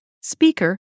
speaker